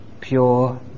pure